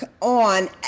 on